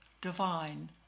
divine